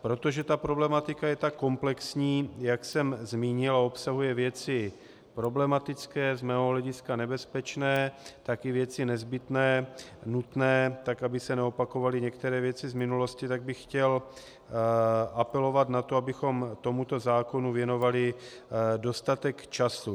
Protože ta problematika je tak komplexní, jak jsem zmínil, a obsahuje věci problematické, z mého hlediska nebezpečné, tak i věci nezbytné, nutné, tak aby se neopakovaly některé věci z minulosti, tak bych chtěl apelovat na to, abychom tomuto zákonu věnovali dostatek času.